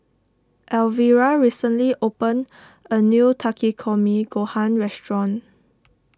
Alvira recently opened a new Takikomi Gohan restaurant